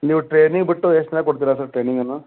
ನೀವು ಟ್ರೇನಿಂಗ್ ಬಿಟ್ಟು ಎಷ್ಟು ದಿನ ಕೊಡ್ತಿರ ಸರ್ ಟ್ರೈನಿಂಗ್ ಅನ್ನ